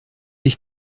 sich